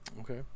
Okay